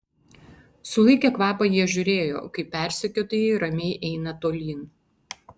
sulaikę kvapą jie žiūrėjo kaip persekiotojai ramiai eina tolyn